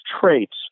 traits